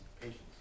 patience